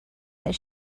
that